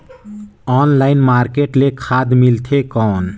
Online market ले खाद मिलथे कौन?